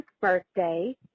birthday